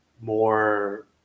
more